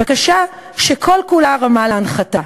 בקשה שכל כולה הרמה להנחתה.